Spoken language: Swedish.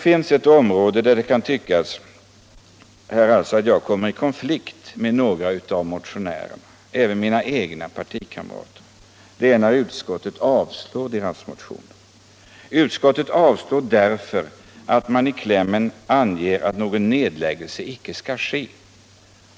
På ett område kan det tyckas som om jag kommer i konflikt med några av motionärerna, även med mina egna partikamrater. Det är när utskottet avstyrker deras motioner. Utskottet gör det därför att motionärerna i klämmen anger att någon nedläggning inte skall ske.